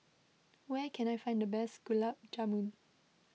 where can I find the best Gulab Jamun